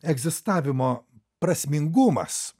egzistavimo prasmingumas